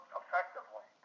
effectively